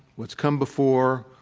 what's come before,